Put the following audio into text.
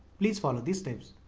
please follow the steps